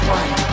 one